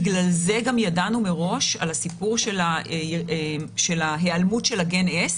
בגלל זה גם ידענו מראש על הסיפור של ההיעלמות של הגן S,